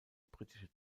britische